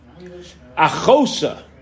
Achosa